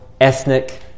ethnic